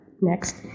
Next